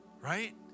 Right